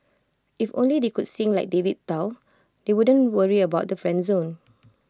if only they could sing like David Tao they wouldn't worry about the friend zone